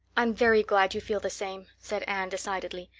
i'm very glad you feel the same, said anne decidedly.